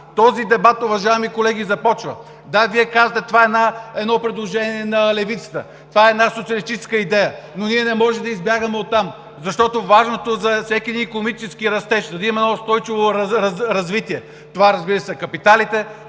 Този дебат, уважаеми колеги, започва! Да, Вие казвате – това е едно предложение на Левицата, това е една социалистическа идея, но ние не можем да избягаме оттам, защото важното за всеки един икономически растеж, за да има устойчиво развитие, това, разбира се, са капиталите,